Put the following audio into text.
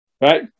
right